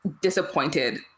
disappointed